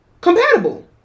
Compatible